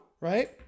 right